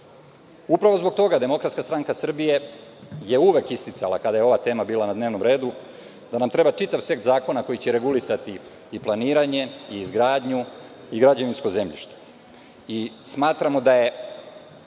terenu. Upravo zbog toga, Demokratska stranka Srbije je uvek isticala, kada je ova tema bila na dnevnom redu, da nam treba čitav set zakona koji će regulisati i planiranje i izgradnju i građevinsko zemljište.